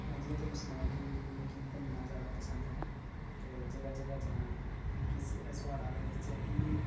में जियां तूआनू सनाया कि मिगी घूमना ज्यादा पसंद ऐ ते जगह जगह जाना मिकी जेह्ड़ा सुआल आ दा इस च ऐ कि